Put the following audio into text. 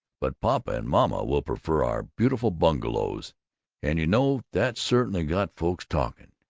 but papa and mama will prefer our beautiful bungalows and you know, that certainly got folks talking,